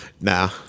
nah